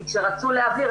כי כשרצו להעביר,